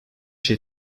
şey